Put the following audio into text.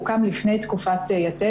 הוא הוקם לפני תקופת "יתד",